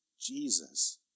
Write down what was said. Jesus